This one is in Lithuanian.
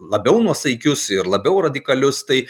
labiau nuosaikius ir labiau radikalius tai